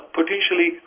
potentially